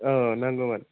औ नांगौमोन